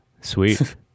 sweet